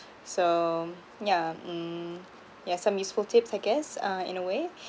so yeah mm yeah some useful tips I guess uh in a way